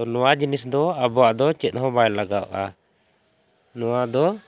ᱛᱚ ᱱᱚᱣᱟ ᱡᱤᱱᱤᱥ ᱫᱚ ᱟᱵᱚᱣᱟᱜ ᱫᱚ ᱪᱮᱫᱦᱚᱸ ᱵᱟᱭ ᱞᱟᱜᱟᱜᱼᱟ ᱱᱚᱣᱟ ᱫᱚ